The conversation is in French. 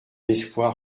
espoir